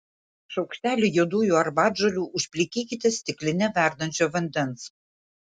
šaukštelį juodųjų arbatžolių užplikykite stikline verdančio vandens